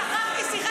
אוה, היי, שכחתי.